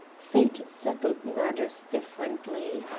fate settled matters differently.